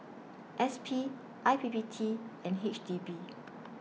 S P I P P T and H D B